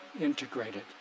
integrated